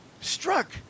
struck